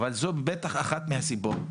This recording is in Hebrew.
אבל זו בטח אחת מהמסיבות.